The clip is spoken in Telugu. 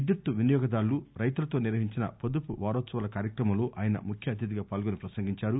విద్యుత్తు వినియోగదారులు రైతులతో నిర్వహించిన పొదుపు వారోత్పవాల కార్యక్రమం లో ఆయన ముఖ్య అతిథిగా పాల్గొని ప్రసంగించారు